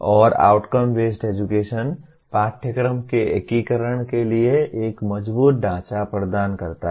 और outcome based education पाठ्यक्रम के एकीकरण के लिए एक मजबूत ढांचा प्रदान करता है